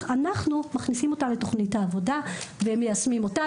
אנחנו מכניסים אותה לתוכנית עבודה ומיישמים אותה.